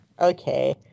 Okay